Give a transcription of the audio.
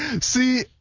See